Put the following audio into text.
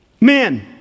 Men